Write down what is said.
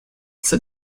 said